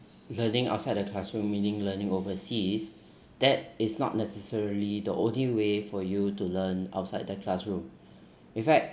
learning outside the classroom meaning learning overseas that is not necessarily the only way for you to learn outside the classroom in fact